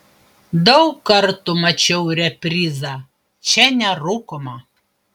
daug kartų mačiau reprizą čia nerūkoma